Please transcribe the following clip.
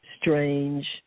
strange